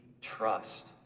trust